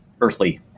earthly